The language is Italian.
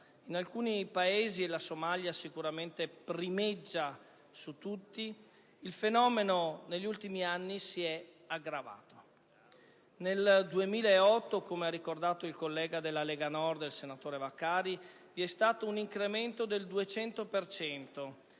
In alcuni Paesi - e la Somalia sicuramente primeggia su tutti - il fenomeno negli ultimi anni si è aggravato. Nel 2008, come ha ricordato il collega della Lega Nord senatore Vaccari, vi è stato un incremento del 200